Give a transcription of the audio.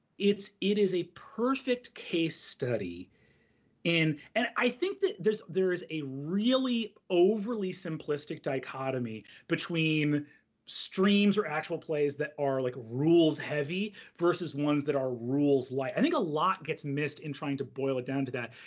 it it is a perfect case study in. and i think that there is a really overly simplistic dichotomy between streams or actual plays that are like rules heavy versus ones that are rules light. i think a lot gets missed in trying to boil it down to that.